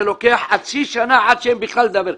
זה לוקח חצי שנה עד שבכלל אפשר לדבר.